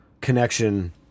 connection